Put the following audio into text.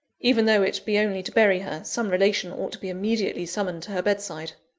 even though it be only to bury her, some relation ought to be immediately summoned to her bed-side.